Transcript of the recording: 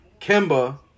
Kemba